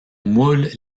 moule